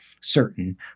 certain